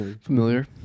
Familiar